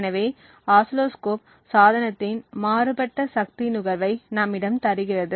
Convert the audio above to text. எனவே ஆசிலோஸ்கோப் சாதனத்தின் மாறுபட்ட சக்தி நுகர்வை நம்மிடம் தருகிறது